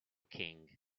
king